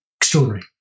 extraordinary